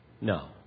No